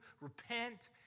Repent